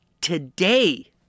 today